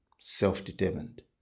self-determined